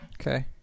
Okay